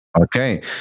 Okay